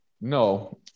No